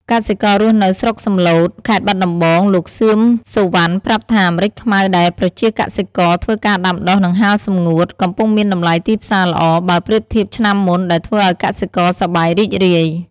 កសិកររស់នៅស្រុកសំឡូត ខេត្តបាត់ដំបង លោក សឿម សុវណ្ណ ប្រាប់ថា ម្រេចខ្មៅដែលប្រជាកសិករធ្វើការដាំដុះ និងហាលសម្ងួត កំពុងមានតម្លៃទីផ្សារល្អ បើប្រៀបធៀបឆ្នាំមុន ដែលធ្វើឲ្យកសិករសប្បាយរីករាយ។